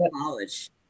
college